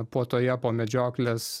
puotoje po medžioklės